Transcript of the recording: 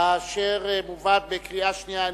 אשר מובאת לקריאה שנייה.